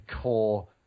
core